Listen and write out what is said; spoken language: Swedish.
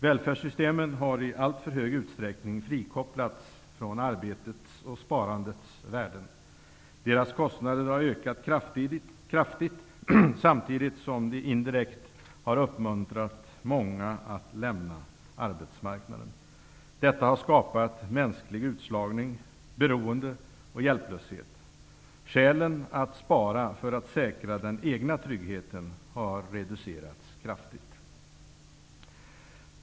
Välfärdssystemen har i alltför stor utsträckning frikopplats från arbetets och sparandets värden. Deras kostnader har ökat kraftigt, samtidigt som många människor indirekt har uppmuntrats att lämna arbetsmarknaden. Detta har skapat mänsklig utslagning, beroende och hjälplöshet. Skälen för att spara för att säkra den egna tryggheten har reducerats kraftigt.